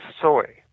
soy